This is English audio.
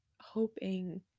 hoping